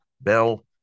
Bell